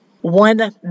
One